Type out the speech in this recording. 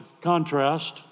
contrast